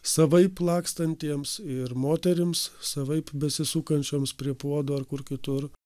savaip lakstantiems ir moterims savaip besisukančioms prie puodų ar kur kitur